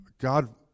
God